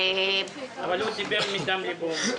אבל הוא דיבר מדם ליבו.